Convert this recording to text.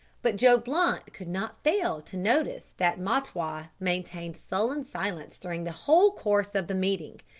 but joe blunt could not fail to notice that mahtawa maintained sullen silence during the whole course of the meeting.